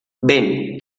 ven